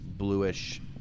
bluish